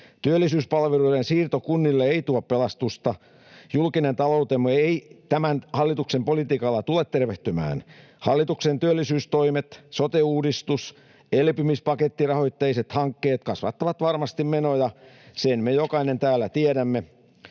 Työllisyyspalveluiden siirto kunnille ei tuo pelastusta. Julkinen taloutemme ei tämän hallituksen politiikalla tule tervehtymään. Hallituksen työllisyystoimet, sote-uudistus ja elpymispakettirahoitteiset hankkeet kasvattavat varmasti menoja, sen jokainen meistä täällä